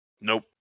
Nope